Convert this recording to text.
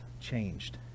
changed